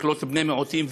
לקלוט בני מיעוטים,